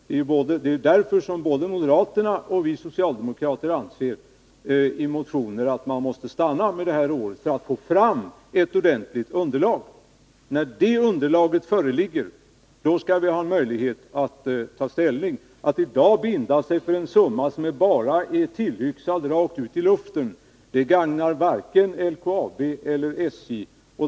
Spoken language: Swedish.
Det är därför som både moderaterna och vi socialdemokrater i motioner anser att man måste stanna vid detta år för att få fram ett ordentligt underlag. När detta underlag föreligger, då skall vi ha möjlighet att ta ställning. Att i dag binda sig för en summa som bara är tillyxad gagnar varken LKAB eller SJ.